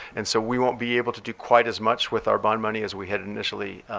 and so we won't be able to do quite as much with our bond money as we had initially